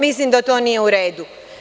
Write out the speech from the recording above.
Mislim da to nije u redu.